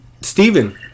Steven